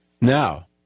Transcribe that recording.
Now